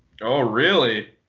oh really?